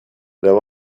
there